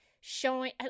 showing